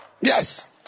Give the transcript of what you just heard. Yes